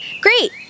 Great